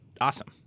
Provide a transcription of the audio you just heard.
awesome